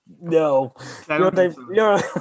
No